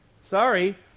Sorry